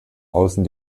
außen